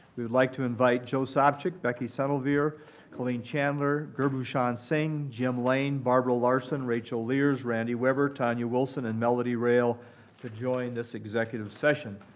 we would like to invite joe sopcich, becky centlivre, colleen chandler, gurbhushan singh, jim lane, barbara larson, rachel lierz, randy weber, tanya wilson, and melody rayl to join this executive session.